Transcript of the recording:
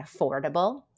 affordable